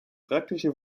praktische